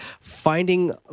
finding